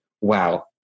wow